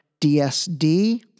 DSD